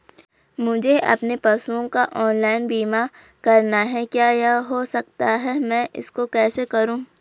मुझे अपने पशुओं का ऑनलाइन बीमा करना है क्या यह हो सकता है मैं इसको कैसे करूँ?